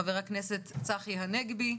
חבר הכנסת צחי הנגבי,